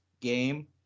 game